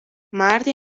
مردی